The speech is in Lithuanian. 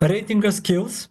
reitingas kils